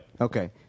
Okay